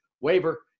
waiver